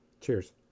Cheers